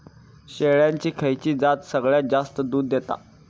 शेळ्यांची खयची जात सगळ्यात जास्त दूध देता?